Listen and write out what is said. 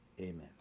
Amen